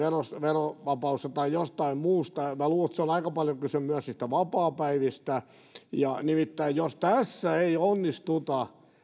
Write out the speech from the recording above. verovapaudesta tai jostain muusta minä luulen että on aika paljon kyse myös niistä vapaapäivistä nimittäin jos tässä ei onnistuta